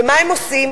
ומה הם עושים?